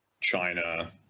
China